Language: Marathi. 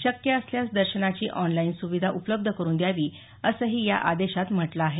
शक्य असल्यास दर्शनाची ऑनलाईन सुविधा उपलब्ध करून द्यावी असंही या आदेशात म्हटलं आहे